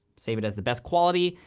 save it as the best quality,